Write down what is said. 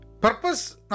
Purpose